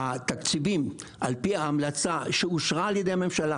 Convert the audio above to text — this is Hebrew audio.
התקציב לרלב"ד על פי ההמלצה שאושרה על ידי הממשלה,